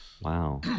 Wow